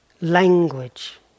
language